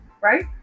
right